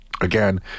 Again